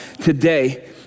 today